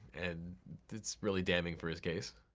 and it's really damning for his case.